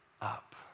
up